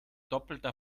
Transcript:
doppelter